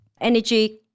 energy